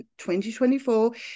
2024